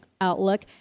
outlook